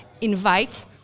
invite